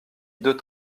deux